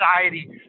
society